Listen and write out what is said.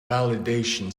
validation